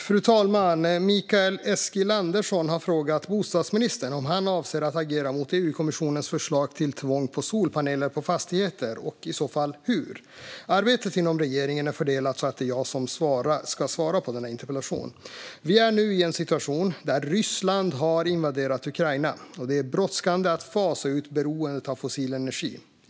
Fru talman! Mikael Eskilandersson har frågat bostadsministern om han avser att agera mot EU-kommissionens förslag till tvång på solpaneler på fastigheter och i så fall hur. Arbetet inom regeringen är så fördelat att det är jag som ska svara på interpellationen. Vi är nu i en situation där Ryssland har invaderat Ukraina, och det är brådskande att fasa ut beroendet av fossil energi.